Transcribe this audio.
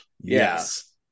yes